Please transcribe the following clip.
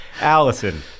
Allison